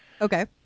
Okay